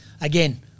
again